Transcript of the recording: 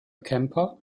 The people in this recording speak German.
camper